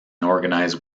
organized